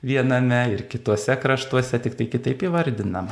viename ir kituose kraštuose tiktai kitaip įvardinam